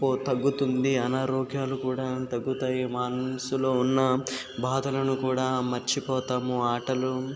పో తగ్గుతుంది అనారోగ్యాలు కూడా తగ్గుతాయి మనసులో ఉన్న బాధలను కూడా మరచిపోతాము ఆటలు